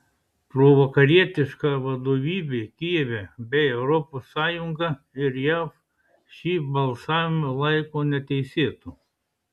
provakarietiška vadovybė kijeve bei europos sąjunga ir jav šį balsavimą laiko neteisėtu